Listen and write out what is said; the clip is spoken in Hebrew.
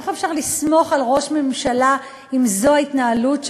איך אפשר לסמוך על ראש ממשלה אם זו ההתנהלות שלו,